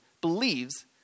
believes